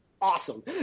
awesome